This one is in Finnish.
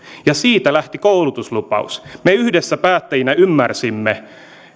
siitä lähti koulutuslupaus me yhdessä päättäjinä ymmärsimme